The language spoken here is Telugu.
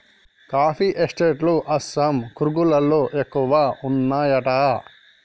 కాఫీ ఎస్టేట్ లు అస్సాం, కూర్గ్ లలో ఎక్కువ వున్నాయట